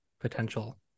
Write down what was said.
potential